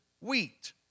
wheat